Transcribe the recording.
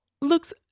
looks